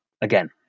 again